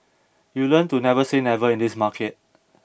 you learn to never say never in this market